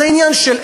וזה עניין של,